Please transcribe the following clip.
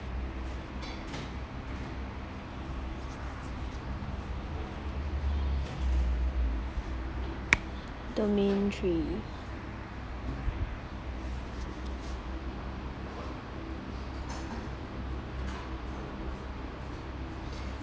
domain three